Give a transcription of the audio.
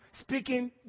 speaking